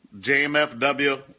JMFW